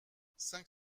cinq